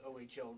OHL